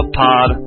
pod